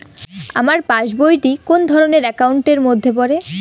আমার পাশ বই টি কোন ধরণের একাউন্ট এর মধ্যে পড়ে?